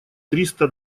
триста